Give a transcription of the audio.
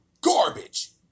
garbage